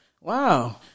Wow